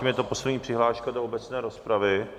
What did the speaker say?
Zatím je to poslední přihláška do obecné rozpravy.